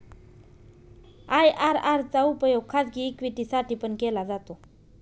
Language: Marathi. आय.आर.आर चा उपयोग खाजगी इक्विटी साठी पण केला जातो